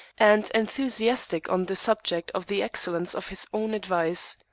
and enthusiastic on the subject of the excellence of his own advice.